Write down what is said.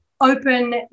open